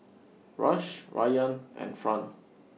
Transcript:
Rush Ryann and Fran